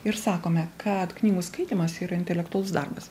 ir sakome kad knygų skaitymas yra intelektualus darbas